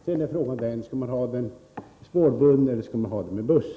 Sedan är frågan om man skall välja spårbunden trafik eller buss.